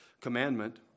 commandment